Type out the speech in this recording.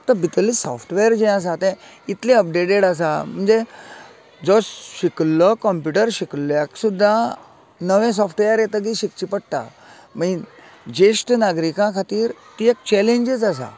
फक्त भितरलें साॅफ्टवेर आसा तें इतले अपडेटेड आसा म्हणजे जो शिकल्लो कम्पुटर शिकल्ल्याक सुद्दां नवे साॅफ्टवेर येतगी शिकचे पडटा मागी जेश्ट नागरीकां खातीर ती एक चॅलेंजच आसा